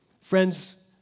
Friends